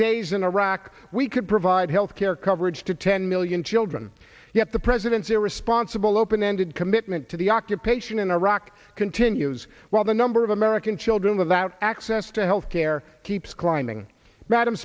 days in iraq we could provide health care coverage to ten million children yet the president's irresponsible open ended commitment to the octave patient in iraq continues while the number of american children without access to health care keeps climbing rad